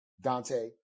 dante